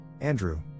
Andrew